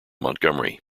montgomery